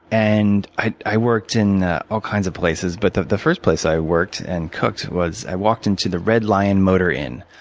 and i i worked in all kinds of places. but the the first place i worked and cooked was i walked into the red lion motor inn,